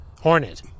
Hornet